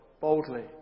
boldly